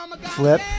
flip